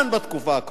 בתקופה הקרובה.